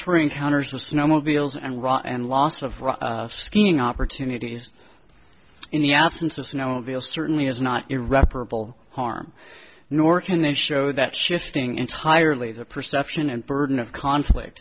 encounters with snowmobiles and ra and loss of skiing opportunities in the absence of snow deal certainly is not irreparable harm nor can they show that shifting entirely the perception and burden of conflict